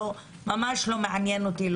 וזה ממש לא מעניין אותי,